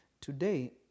Today